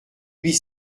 huit